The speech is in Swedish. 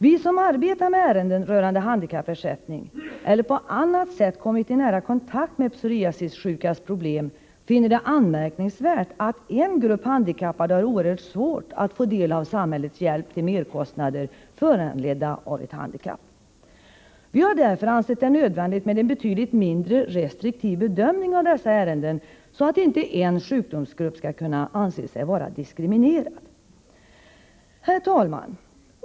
Vi som arbetar med ärenden rörande handikappersättning eller på annat sätt kommit i nära kontakt med psoriasissjukas problem finner det anmärkningsvärt att en grupp handikappade har oerhört svårt att få del av samhällets hjälp till merkostnader föranledda av ett handikapp. Vi har därför ansett det nödvändigt med en betydligt mindre restriktiv bedömning av dessa ärenden, så att inte en grupp sjuka skall anse sig vara diskriminerad. Herr talman!